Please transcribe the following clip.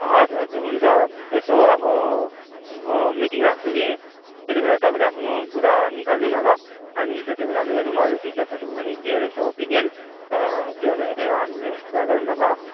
हजुर हजुर हुन्छ यसो अब म मिटिङ राख्छु कि त्यति बेला तपाईँले आफ्नो कुरा निकाल्नु ल अनि त्यति बेला नै हेरौँ अरू टिचर्सहरूको पनि के रहेछ ओपिनियन र त्योहरू हेरेर हामीले कुरा गरौँ न ल